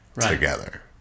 together